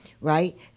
right